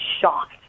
shocked